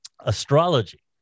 astrology